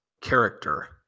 character